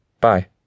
Bye